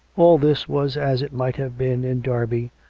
all this was as it might have been in derby,